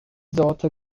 sorte